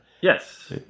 Yes